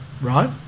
right